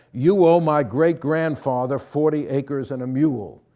you owe my great-grandfather forty acres and a mule.